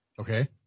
Okay